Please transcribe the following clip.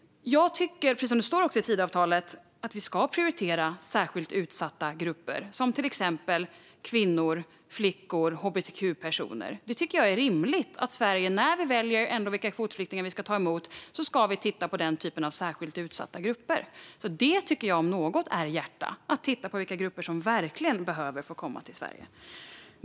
Jag tycker, precis som det står i Tidöavtalet, att vi ska prioritera särskilt utsatta grupper, till exempel kvinnor, flickor och hbtq-personer. Jag tycker att det är rimligt att Sverige, när vi väljer vilka kvotflyktingar vi ska ta emot, tittar på den typen av särskilt utsatta grupper. Detta om något tycker jag är hjärta - att titta på vilka grupper som verkligen behöver få komma till Sverige.